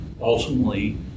ultimately